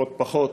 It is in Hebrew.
תקופות פחות,